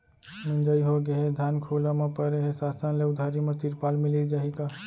मिंजाई होगे हे, धान खुला म परे हे, शासन ले उधारी म तिरपाल मिलिस जाही का?